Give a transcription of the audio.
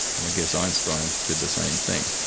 and i guess einstein did the same thing.